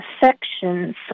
sections